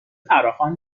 فراخوان